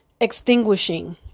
extinguishing